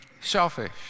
selfish